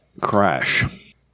Crash